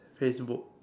Facebook